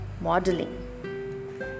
modeling